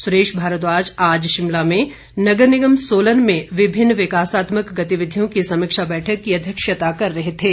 सुरेश भारद्वाज आज शिमला में नगर निगम सोलन में विभिन्न विकासात्मक गतिविधियों की समीक्षा बैठक की अध्यक्षता कर रहे थे